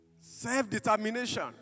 Self-determination